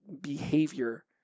behavior